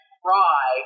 cry